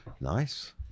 Nice